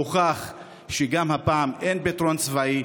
הוכח שגם הפעם אין פתרון צבאי.